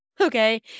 okay